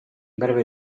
breve